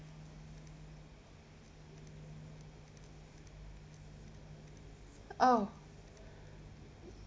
oh